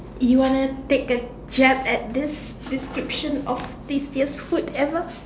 you wanna take a jab at this this description of tastiest food ever